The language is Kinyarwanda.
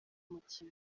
mukino